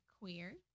queer